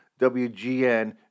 WGN